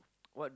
what